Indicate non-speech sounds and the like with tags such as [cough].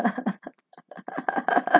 [laughs]